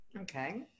Okay